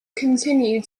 continued